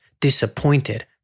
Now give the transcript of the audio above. disappointed